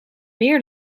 meer